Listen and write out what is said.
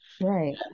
Right